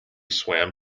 swam